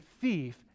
thief